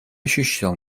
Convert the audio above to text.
ощущал